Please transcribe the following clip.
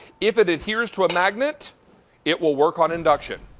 if it adheres to a magnet it will work on induction.